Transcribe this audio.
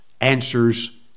answers